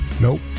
Nope